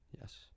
yes